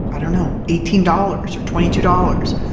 i don't know, eighteen dollars or twenty two dollars.